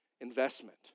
investment